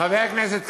חבר הכנסת כבל,